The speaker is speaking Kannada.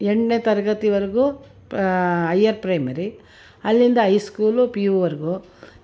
ಎಂಟನೇ ತರಗತಿವರ್ಗು ಪಾ ಹೈಯರ್ ಪ್ರೈಮರಿ ಅಲ್ಲಿಂದ ಹೈ ಸ್ಕೂಲ್ ಪಿ ಯುವರೆಗೂ